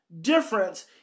difference